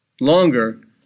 longer